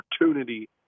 opportunity